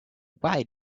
why